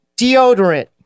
deodorant